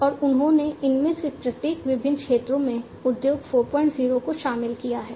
और उन्होंने इनमें से प्रत्येक विभिन्न क्षेत्रों में उद्योग 40 को शामिल किया है